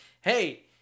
hey